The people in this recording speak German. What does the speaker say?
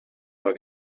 war